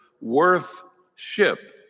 worth-ship